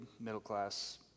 middle-class